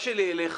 אליך,